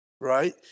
Right